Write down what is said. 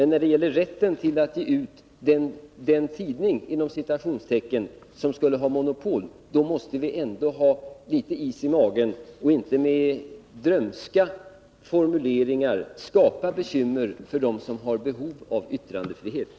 När det gäller rätten att ge ut den ”tidning” som skulle ha monopol, måste vi ändå ha litet is i magen och inte med drömska formuleringar skapa bekymmer för dem som har behov av yttrandefriheten.